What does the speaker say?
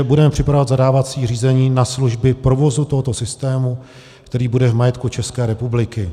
Budeme připravovat zadávací řízení na služby provozu tohoto systému, který bude v majetku České republiky.